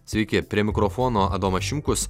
sveiki prie mikrofono adomas šimkus